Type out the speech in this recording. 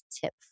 tip